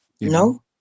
No